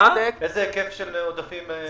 באיזה היקף של עודפים מדובר?